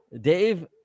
Dave